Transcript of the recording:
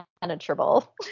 penetrable